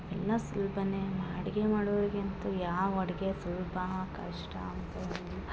ಎಲ್ಲಾ ಸುಲಭನೆ ಮಾ ಅಡ್ಗೆ ಮಾಡೋರಿಗೆ ಅಂತು ಯಾವ ಅಡ್ಗೆ ಸುಲ್ಭ ಕಷ್ಟ ಅಂತ ಯಾವುದು